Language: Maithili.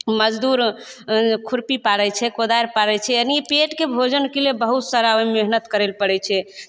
मजदूर खुरपी पारय छै कोदारि पारय छै यानि पेटके भोजनके लिये बहुत सारा ओइमे मेहनत करय लए पड़य छै